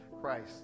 Christ